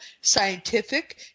scientific